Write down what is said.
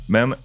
Men